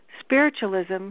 Spiritualism